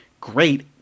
great